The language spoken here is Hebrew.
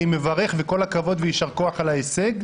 אני מברך וכל הכבוד ויישר כוח על ההישג,